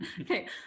Okay